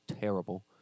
terrible